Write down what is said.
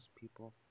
people